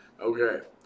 Okay